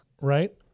Right